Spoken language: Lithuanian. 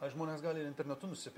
ai žmonės gali ir internetu nusipir